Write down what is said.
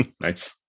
nice